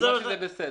זה בסדר,